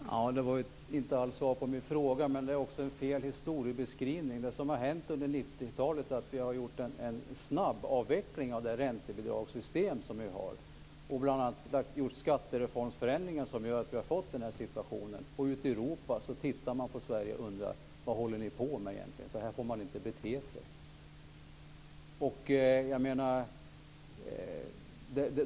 Fru talman! Det var inte alls svar på det jag frågade om och dessutom fel historiebeskrivning. Det som har hänt under 90-talet är att vi har gjort en snabbavveckling av det räntebidragssystem som vi har, bl.a. skattereformsändringar som gör vi har fått den här situationen. I Europa ser man på Sverige och undrar: Vad håller ni på med? Så får man inte bete sig.